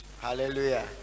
hallelujah